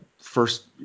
First